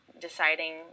deciding